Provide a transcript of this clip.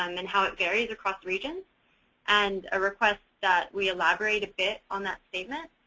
um and how it varies across regions and a request that we elaborate a bit on that statement.